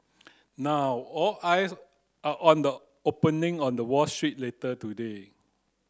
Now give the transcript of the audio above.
now all eyes are on the opening on the Wall Street later today